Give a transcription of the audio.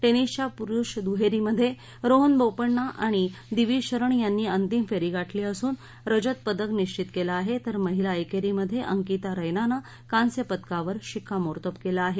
टेनिसच्या पुरूष दुहेरीमध्ये रोहन बोपण्णा आणि दिविज शरण यांनी अंतिम फेरी गाठली असून रजत पदक निश्वित केलं आहे तर महिला एकेरी मध्ये अंकीता रैनानं कांस्य पदकावर शिक्का मोर्तब केलं आहे